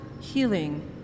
healing